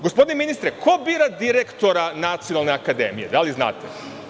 Gospodine ministre, ko bira direktora nacionalne akademije, da li znate?